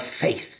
faith